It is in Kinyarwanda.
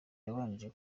yabanje